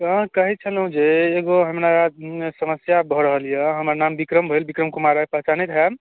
हाँ कहै छलहुँ जे एगो हमरा समस्या भऽ रहल यऽ हमर नाम विक्रम भेल विक्रम कुमार राय पहचानैत हैब